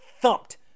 thumped